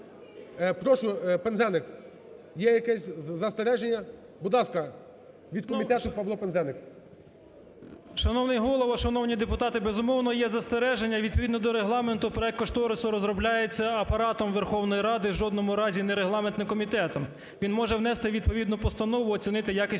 Прошу, Пинзеник, є якесь застереження? Будь ласка, від комітету Павло Пинзеник. 13:47:02 ПИНЗЕНИК П.В. Шановний Голово, шановні депутати! Безумовно, є застереження, і відповідно до Регламенту проект кошторису розробляється Апаратом Верховної Ради, в жодному разі не регламентним комітетом. Він може внести відповідну постанову, оцінити якість